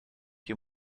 you